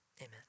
Amen